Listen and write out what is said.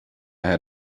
had